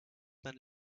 than